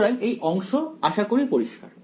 সুতরাং এই অংশ আশা করি পরিষ্কার